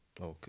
Okay